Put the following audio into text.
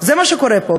זה מה שקורה פה.